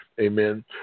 Amen